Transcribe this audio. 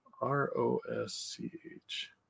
R-O-S-C-H